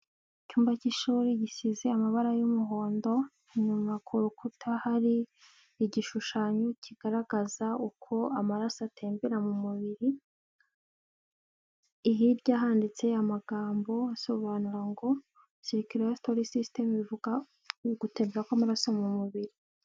Icyumba cy'ishuri gisize amabara y'umuhondo, inyuma ku rukuta hari igishushanyo kigaragaza uko amaraso atembera mu mubiri, hirya handitse amagambo asobanura ngo sirikiratori sisitemu ivuga ugutembera kw'amaraso mu mubiri.